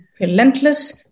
relentless